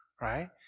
right